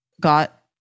got